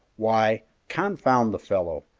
why, confound the fellow!